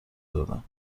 دادم